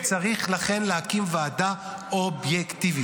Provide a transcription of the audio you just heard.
ולכן צריך להקים ועדה אובייקטיבית.